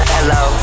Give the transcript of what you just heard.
Hello